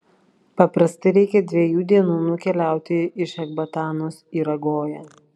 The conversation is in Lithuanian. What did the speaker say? paprastai reikia dviejų dienų nukeliauti iš ekbatanos į ragoją